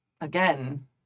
again